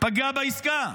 פגע בעסקה.